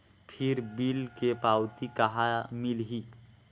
फिर बिल के पावती कहा मिलही?